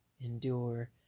endure